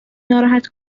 ناراحت